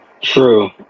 True